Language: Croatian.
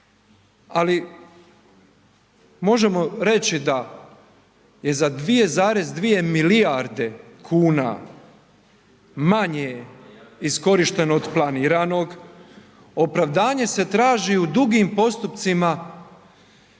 ali možemo reći da je za 2,2 milijarde kuna manje iskorišteno od planiranog. Opravdanje se traži u drugim postupcima